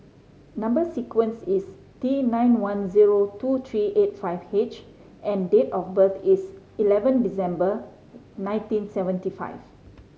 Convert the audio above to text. number sequence is T nine one zero two three eight five H and date of birth is eleven December nineteen seventy five